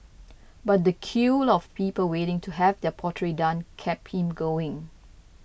but the queue of people waiting to have their portrait done kept him going